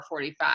45